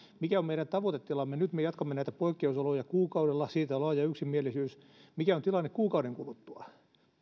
on meidän tavoitetilamme nyt me jatkamme näitä poikkeusoloja kuukaudella siitä on laaja yksimielisyys mikä on tilanne kuukauden kuluttua